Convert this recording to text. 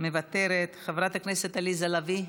מוותרת, חברת הכנסת עליזה לביא,